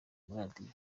maradiyo